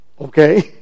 Okay